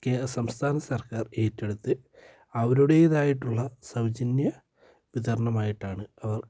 സംസ്ഥാന സർക്കാർ ഏറ്റെടുത്ത് അവരുടേതായിട്ടുള്ള സൗജന്യ വിതരണമായിട്ടാണ് അവർ